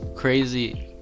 Crazy